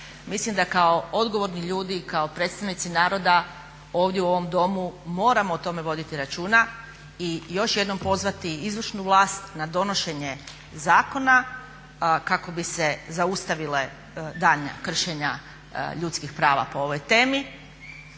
Mislim da kao odgovorni ljudi, kao predstavnici naroda ovdje u ovom domu moramo o tome voditi računa i još jednom pozvati izvršnu vlast na donošenje zakona kako bi se zaustavila daljnja kršenja ljudskih prava po ovoj temi.